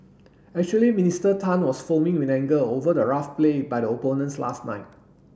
actually Minister Tan was foaming with anger over the rough play by the opponents last night